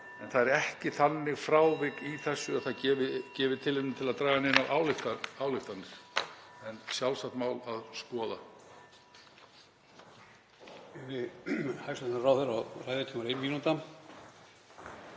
en það er ekki þannig frávik í þessu að það gefi tilefni til að draga neinar ályktanir en sjálfsagt mál að skoða.